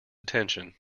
attention